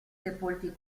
sepolti